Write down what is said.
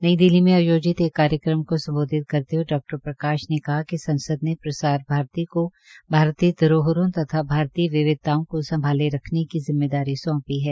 नई दिल्ली में आयोजित एक कार्यक्रम को संबोधित करते हुए डॉ प्रकाश ने कहा कि संसद ने प्रसार भारती को भारतीय धरोहरों तथा भारतीय विविधताओं को संभाले रखने की जिम्मेदारी सौंपी है